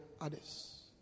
others